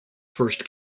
first